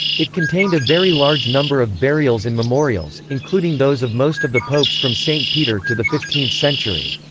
it contained a very large number of burials and memorials, including those of most of the popes from st. peter to the fifteenth century.